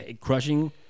Crushing